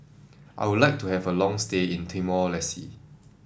I would like to have a long stay in Timor Leste